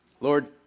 lord